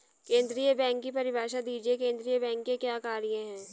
केंद्रीय बैंक की परिभाषा दीजिए केंद्रीय बैंक के क्या कार्य हैं?